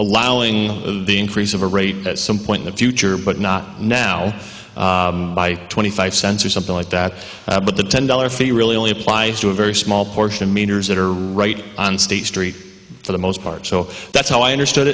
allowing the increase of a rate at some point the future but not now by twenty five cents or something like that but the ten dollar figure really only applies to a very small portion meters that are right on state street for the most part so that's how i understood